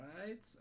right